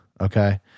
Okay